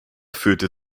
führte